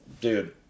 Dude